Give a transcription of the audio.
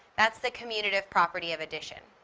that's the commutative property of addition.